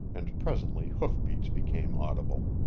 and presently hoofbeats became audible.